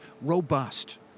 robust